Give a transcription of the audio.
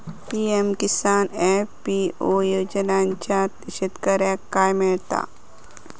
PM Kisan FPO योजनाच्यात शेतकऱ्यांका काय मिळता?